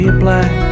black